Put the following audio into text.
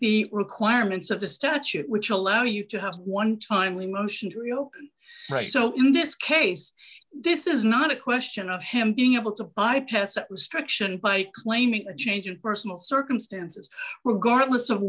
the requirements of the statute which allow you to have one timely motion to reopen so in this case this is not a question of him being able to bypass that restriction by claiming a change of personal circumstances regardless of